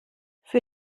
für